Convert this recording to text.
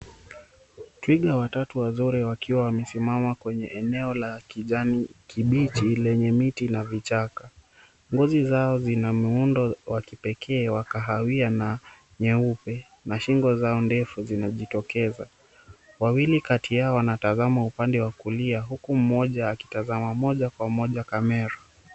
Twiga watatu wazuri wakiwa wamesimama kwenye eneo la kijani kibichi lenye miti na vichaka. Ngozi zao zina muundo wa kipekee na kahawia na nyeupe na shingo zao ndefu zinajitokeza. Wawili kati yao wanatazama upande wa kulia huku mmoja akitizama moja kwa moja kamera .